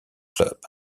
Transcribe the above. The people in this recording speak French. club